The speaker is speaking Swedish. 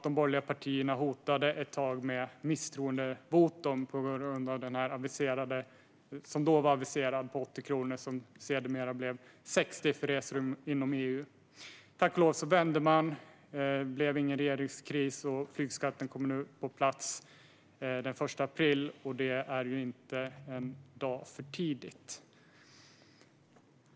De borgerliga partierna hotade ett tag till och med med misstroendevotum på grund av den flygskatt på 80 kronor som var aviserad för resor inom EU. Den blev sedermera 60 kronor. Tack och lov vände man. Det blev ingen regeringskris. Flygskatten kommer nu på plats den 1 april, och det är inte en dag för tidigt.